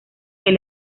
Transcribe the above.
del